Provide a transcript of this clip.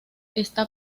está